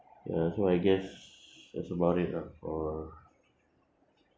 ya so I guess that's about it lah for